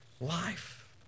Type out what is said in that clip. life